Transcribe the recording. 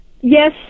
Yes